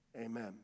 Amen